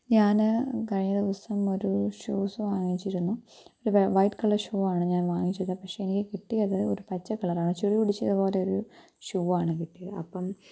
ഞാന് കഴിഞ്ഞ ദിവസം ഒരു ഷൂസ് വാങ്ങിച്ചിരുന്നു ഒരു വ വൈറ്റ് കളർ ഷൂവാണ് ഞാൻ വാങ്ങിച്ചത് പക്ഷേ എനിക്ക് കിട്ടിയത് ഒരു പച്ച കളറാണ് ചൊറി പിടിച്ചത് പോലെ ഒരു ഷൂ ആണ് കിട്ടിയത് അപ്പോള്